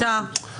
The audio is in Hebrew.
הייתה.